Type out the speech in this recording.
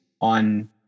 on